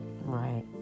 Right